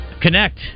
Connect